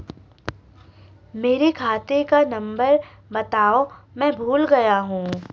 मेरे खाते का नंबर बताओ मैं भूल गया हूं